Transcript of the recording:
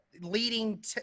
leading